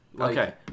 Okay